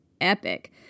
epic